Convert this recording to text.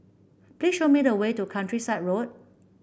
please show me the way to Countryside Road